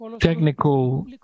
technical